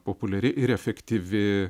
populiari ir efektyvi